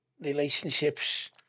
relationships